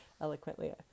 eloquently